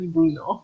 Bruno